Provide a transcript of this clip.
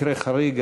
מקרה חריג,